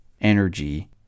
energy